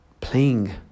playing